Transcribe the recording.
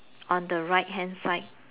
on the right hand side